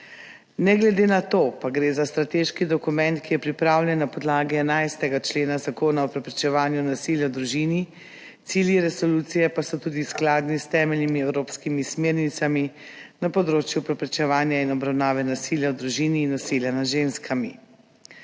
Ne glede na to pa gre za strateški dokument, ki je pripravljen na podlagi 11. člena Zakona o preprečevanju nasilja v družini, cilji resolucije pa so skladni tudi s temeljnimi evropskimi smernicami na področju preprečevanja in obravnave nasilja v družini in nasilja nad ženskami.